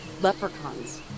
leprechauns